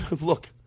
look